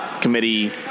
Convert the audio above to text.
committee